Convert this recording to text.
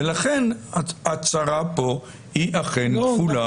ולכן הצרה פה היא כפולה.